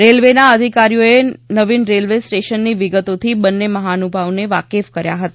રેલવેના અધિકારીઓએ નવીન રેલવે સ્ટેમશનની વિગતોથી બન્ને મહાનુભાવોને વાકેફ કર્યા હતા